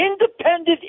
independent